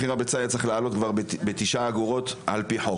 מחיר הביצה היה צריך לעלות בתשע אגורות לפי החוק.